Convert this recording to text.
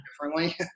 differently